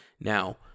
Now